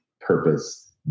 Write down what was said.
purpose